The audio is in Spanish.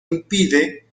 impide